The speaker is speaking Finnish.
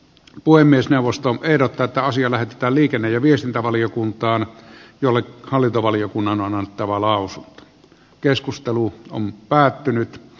puhemiesneuvosto ehdottaa että asia lähetetään liikenne ja viestintävaliokuntaan jolle hallintovaliokunnan on annettava lausuttu keskustelu on päättynyt